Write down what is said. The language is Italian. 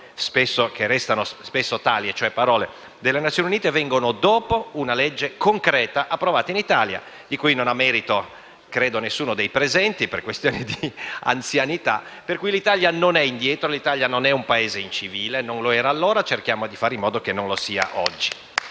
spesso tali, delle Nazioni Unite sono venute dopo una legge concreta approvata in Italia, di cui non ha merito credo nessuno dei presenti, per questioni di anzianità. Per cui - ripeto - l'Italia non è indietro e non è un Paese incivile; non lo era allora e cerchiamo di fare in modo che non lo sia oggi.